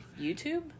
YouTube